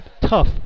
tough